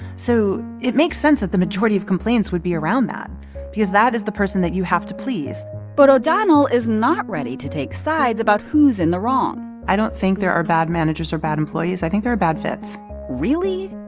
so it makes sense that the majority of complaints would be around that because that is the person that you have to please but o'donnell is not ready to take sides about who's in the wrong i don't think there are bad managers or bad employees, i think there are bad fits really?